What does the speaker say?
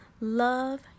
love